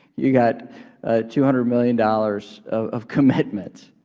you got two hundred million dollars of commitments.